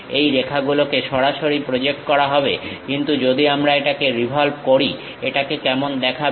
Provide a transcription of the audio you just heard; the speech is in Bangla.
এই রেখাগুলোকে সরাসরি প্রজেক্ট করা হবে কিন্তু যদি আমরা এটাকে রিভলভ করি এটাকে কেমন দেখাবে